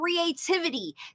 creativity